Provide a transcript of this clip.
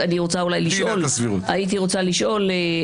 הייתי רוצה לשאול,